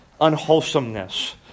unwholesomeness